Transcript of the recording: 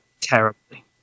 terribly